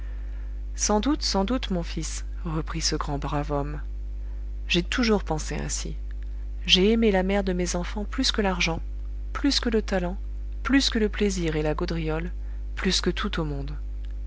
sans doute sans doute mon fils reprit ce grand brave homme j'ai toujours pensé ainsi j'ai aimé la mère de mes enfants plus que l'argent plus que le talent plus que le plaisir et la gaudriole plus que tout au monde